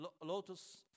lotus